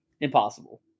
impossible